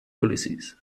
policies